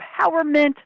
empowerment